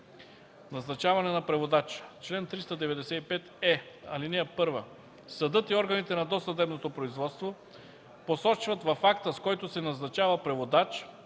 Назначаване на преводач Чл. 395е. (1) Съдът и органите на досъдебното производство посочват в акта, с който се назначава преводач,